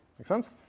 makes sense?